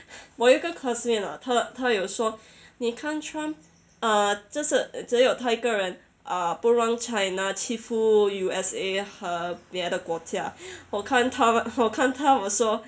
我有个 coursemate lah 他他有说你看 trump ah 这是只有他一个人 ah 不让 china 欺负 U_S_A 和别的国家我看他我看他我说